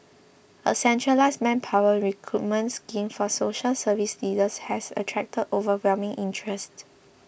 a centralised manpower recruitment scheme for social service leaders has attracted overwhelming interest